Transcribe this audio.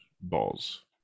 balls